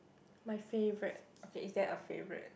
my favorite okay is there a favorite